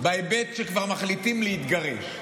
בהיבט הזה שאם כבר מחליטים להתגרש,